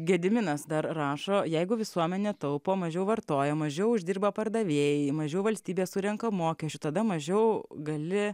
gediminas dar rašo jeigu visuomenė taupo mažiau vartoja mažiau uždirba pardavėjai mažiau valstybė surenka mokesčių tada mažiau gali